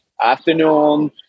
afternoon